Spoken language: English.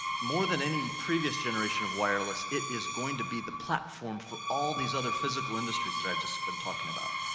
more than any previous generation of wireless, it is going to be the platform for all these other physical industries that i've just been talking about.